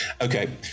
okay